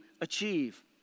achieve